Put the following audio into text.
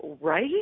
Right